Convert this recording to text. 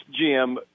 GM